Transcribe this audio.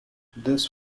this